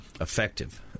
effective